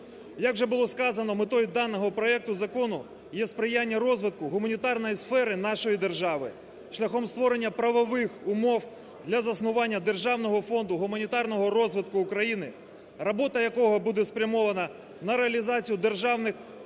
Як вже було сказано, метою даного проекту закону є сприяння розвитку гуманітарної сфери нашої держави шляхом створення правових умов для заснування державного фонду гуманітарного розвитку України, робота якого буде спрямована на реалізацію державних та